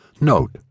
Note